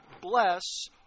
bless